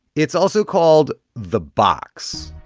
it's also called the box.